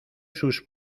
sus